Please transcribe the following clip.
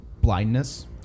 blindness